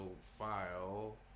file